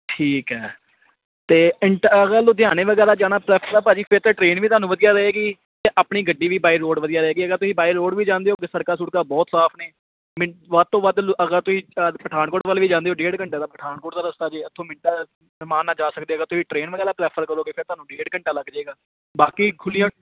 ਠੀਕ ਹੈ ਅਤੇ ਇੰਟ ਅਗਰ ਲੁਧਿਆਣੇ ਵਗੈਰਾ ਜਾਣਾ ਪ੍ਰੈਫਰ ਹੈ ਭਾਅ ਜੀ ਫਿਰ ਤਾਂ ਟ੍ਰੇਨ ਵੀ ਤੁਹਾਨੂੰ ਵਧੀਆ ਰਹੇਗੀ ਅਤੇ ਆਪਣੀ ਗੱਡੀ ਵੀ ਬਾਏ ਰੋਡ ਵਧੀਆ ਰਹੇਗੀ ਅਗਰ ਤੁਸੀਂ ਬਾਏ ਰੋਡ ਵੀ ਜਾਂਦੇ ਹੋ ਤਾਂ ਸੜਕਾਂ ਸੁੜਕਾਂ ਬਹੁਤ ਸਾਫ ਨੇ ਮਿ ਵੱਧ ਤੋਂ ਵੱਧ ਲੁ ਅਗਰ ਤੁਸੀਂ ਪਠਾਨਕੋਟ ਵੱਲ ਵੀ ਜਾਂਦੇ ਹੋ ਡੇਢ ਘੰਟੇ ਦਾ ਪਠਾਨਕੋਟ ਦਾ ਰਸਤਾ ਜੇ ਇੱਥੋਂ ਮਿੰਟ ਰਮਾਨ ਨਾਲ ਜਾ ਸਕਦੇ ਅਗਰ ਤੁਸੀਂ ਟਰੇਨ ਵਗੈਰਾ ਪ੍ਰੈਫਰ ਕਰੋਗੇ ਫਿਰ ਤੁਹਾਨੂੰ ਡੇਢ ਘੰਟਾ ਲੱਗ ਜਾਵੇਗਾ ਬਾਕੀ ਖੁੱਲ੍ਹੀਆਂ